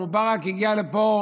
מובארכ הגיע לפה